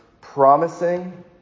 promising